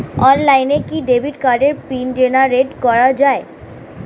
অনলাইনে কি ডেবিট কার্ডের পিন জেনারেট করা যায়?